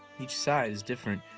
each side is different,